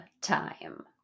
time